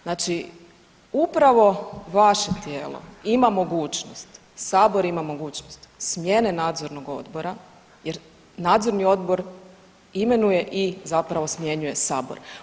Znači, upravo vaše tijelo ima mogućnost, sabor ima mogućnost smjene nadzornog odbora jer nadzorni odbor imenuje i zapravo smjenjuje sabor.